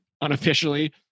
unofficially